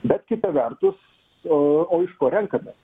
bet kita vertus aaa o iš ko renkamės